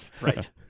Right